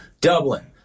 dublin